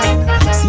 See